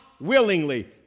willingly